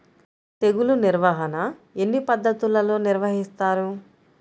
తెగులు నిర్వాహణ ఎన్ని పద్ధతులలో నిర్వహిస్తారు?